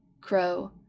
Crow